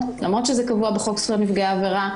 ולמרות שזה קבוע בחוק זכויות נפגעי עבירה,